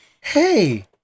hey